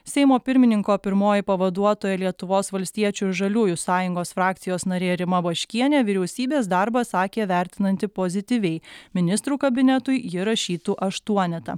seimo pirmininko pirmoji pavaduotoja lietuvos valstiečių ir žaliųjų sąjungos frakcijos narė rima baškienė vyriausybės darbą sakė vertinanti pozityviai ministrų kabinetui ji rašytų aštuonetą